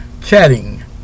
chatting